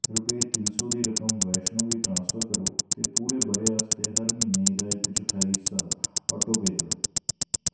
रपेऽ तिन्न सौ दी रकम वैष्णो गी ट्रांसफर करो ते पूरे ब'रे आस्तै हर म्हीनै एह्दा इक चौथाई हिस्सा ऑटो पेऽ करो